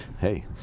hey